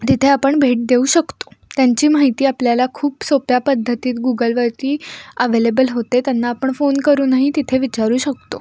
तिथे आपण भेट देऊ शकतो त्यांची माहिती आपल्याला खूप सोप्या पद्धतीत गूगलवरती अवेलेबल होते त्यांना आपण फोन करूनही तिथे विचारू शकतो